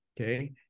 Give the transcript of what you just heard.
okay